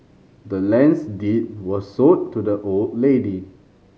the land's deed was sold to the old lady